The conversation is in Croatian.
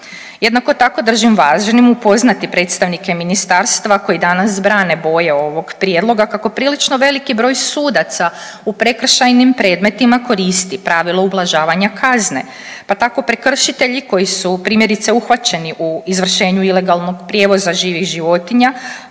Jednako tako držim važnim upoznati predstavnike ministarstva koji danas brane boje ovog prijedloga kako prilično veliki broj sudaca u prekršajnim predmetima koristi pravilo ublažavanja kazne, pa tako prekršitelji koji su primjerice uhvaćeni u izvršenju ilegalnog prijevoza živih životinja